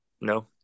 no